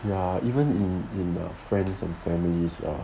ya even in err friends and families ah